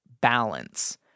balance